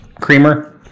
creamer